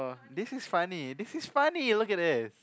this is funny this is funny look at this